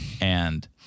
and-